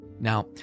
Now